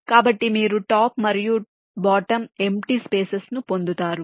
కాబట్టి మీరు టాప్ మరియు బాటమ్ ఎంప్టీ స్పేసెస్ ను పొందుతారు